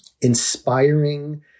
inspiring